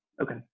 okay